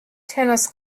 tennis